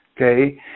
Okay